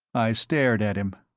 i stared at him.